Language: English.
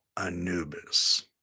Anubis